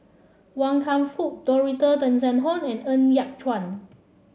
Wan Kam Fook Dorothy Tessensohn and Ng Yat Chuan